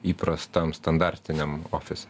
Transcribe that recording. įprastam standartiniam ofise